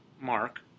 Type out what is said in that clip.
Mark